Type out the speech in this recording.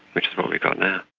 which is what we've got now.